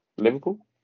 Liverpool